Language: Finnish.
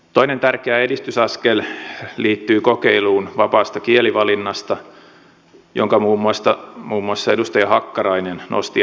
toinen tärkeä edistysaskel liittyy kokeiluun vapaasta kielivalinnasta jonka muun muassa edustaja hakkarainen nosti äsken esille